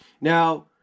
Now